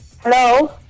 Hello